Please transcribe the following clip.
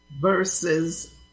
verses